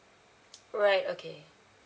right okay